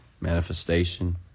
manifestation